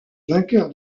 vainqueur